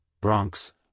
Bronx